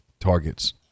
targets